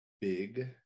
big